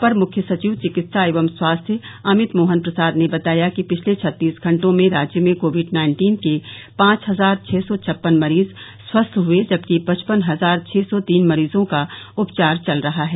अपर मुख्य सचिव चिकित्सा एवं स्वास्थ्य अमित मोहन प्रसाद ने बताया कि पिछले छत्तीस घंटों में राज्य में कोविड नाइन्टीन के पांच हजार छः सौ छप्पन मरीज स्वस्थ हुए जबकि पचपन हजार छः सौ तीन मरीजों का उपचार चल रहा है